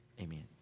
Amen